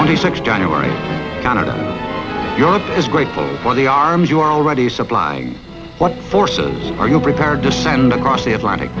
twenty six january canada europe is grateful for the arms you are already supplied what forces are you prepared to send across the atlantic